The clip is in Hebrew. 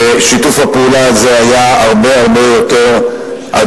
ששיתוף הפעולה הזה היה הרבה יותר הדוק,